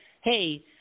Hey